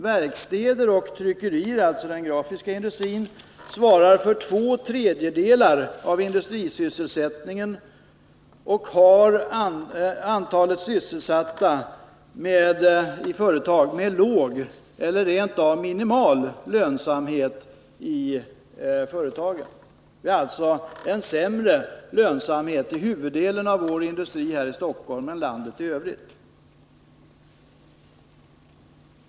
Verkstäder och tryckerier, alltså den grafiska industrin, svarar för två tredjedelar av industrisysselsättningen, och det gäller här sysselsättning i företag med låg eller rentav minimal lönsamhet. Det är alltså en sämre lönsamhet i huvuddelen av den industri vi har här i Stockholm än det är i industrin i landet i övrigt.